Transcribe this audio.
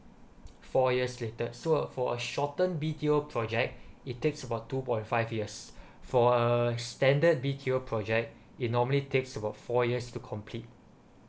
four years later so for a shorten B_T_O project it takes about two point five years for a standard B_T_O project it normally takes about four years to complete